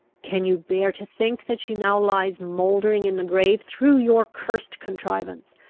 can you bear to think that she now lies mouldering in the grave through your cursed contrivance,